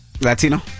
Latino